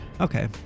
Okay